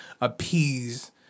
appease